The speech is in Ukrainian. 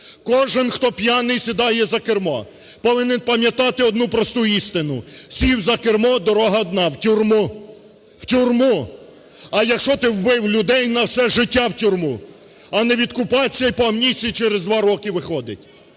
Кожен, хто п'яний сідає за кермо, повинен пам'ятати одну просту істину: сів за кермо, дорога одна – в тюрму. В тюрму! А якщо ти вбив людей – на все життя в тюрму, а не відкупиться і по амністії через 2 роки виходить.